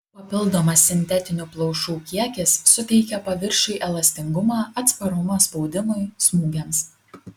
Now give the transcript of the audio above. papildomas sintetinių plaušų kiekis suteikia paviršiui elastingumą atsparumą spaudimui smūgiams